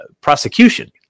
prosecution